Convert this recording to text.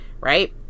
right